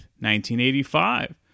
1985